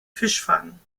fischfang